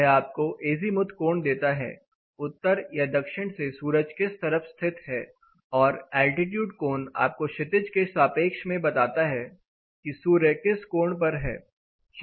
यह आपको एजीमुथ कोण देता है उत्तर या दक्षिण से सूरज किस तरफ स्थित है और एल्टीट्यूड कोण आपको क्षितिज के सापेक्ष में बताता है कि सूर्य किस कोण पर है